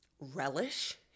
relish